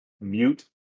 mute